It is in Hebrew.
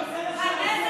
אפשרי.